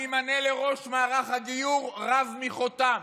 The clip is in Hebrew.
אני אמנה לראש מערך הגיור רב מחותם,